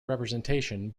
representation